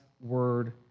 Word